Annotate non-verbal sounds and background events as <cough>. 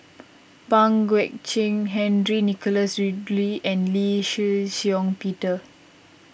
<noise> Pang Guek Cheng Henry Nicholas Ridley and Lee Shih Shiong Peter